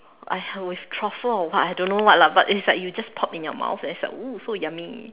I heard with truffle or what I don't know what lah but it's like you just pop in your mouth and it's like !woo! it's so yummy